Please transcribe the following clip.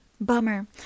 bummer